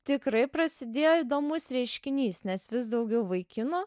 tikrai prasidėjo įdomus reiškinys nes vis daugiau vaikinų